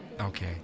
okay